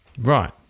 Right